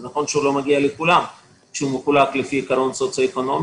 זה נכון שהוא לא מגיע לכולם ושהוא מחולק לפי עיקרון סוציו-אקונומי,